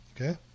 okay